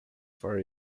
for